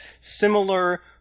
similar